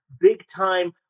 big-time